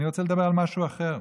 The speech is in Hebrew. אני רוצה לדבר על משהו אחר,